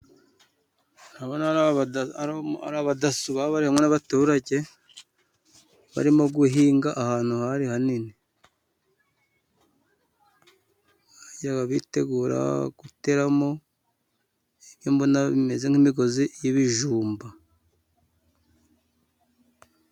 Ndabona ari abadaso baba bari hamwe n'abaturage, barimo guhinga ahantu hari nini. Bakaba bitegura guteramo ibyo mbona bimeze nk' imigozi y'ibijumba.